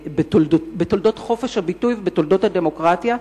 בתולדות חופש הביטוי ובתולדות הדמוקרטיה,